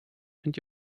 and